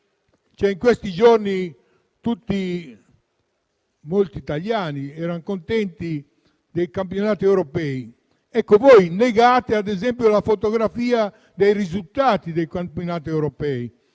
In questi giorni molti italiani sono contenti dei campionati europei. Voi invece negate, ad esempio, la fotografia del risultato dei campionati europei: